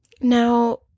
Now